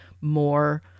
more